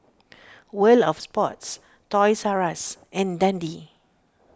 World of Sports Toys R Us and Dundee